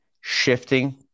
shifting